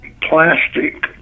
plastic